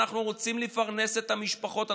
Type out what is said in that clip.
אנחנו רוצים לפרנס את המשפחות.